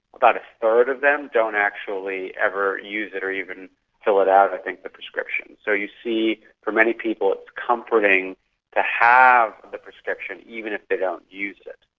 about a third of them don't actually ever use it or even fill it out i think, the prescription. so you see for many people it's comforting to have the prescription, even if they don't use it.